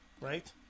right